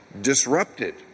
disrupted